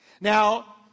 Now